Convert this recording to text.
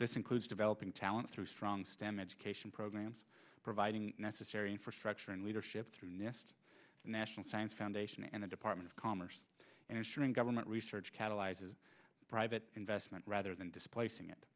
this includes developing talent through strong stem education programs providing necessary infrastructure and leadership through nest national science foundation and the department of commerce and assuring government research catalyzes private investment rather than displacing it